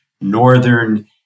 Northern